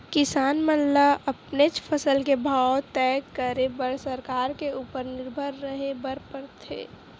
किसान मन ल अपनेच फसल के भाव तय करे बर सरकार के उपर निरभर रेहे बर परथे